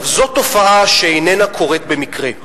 זאת תופעה שאיננה קורית במקרה.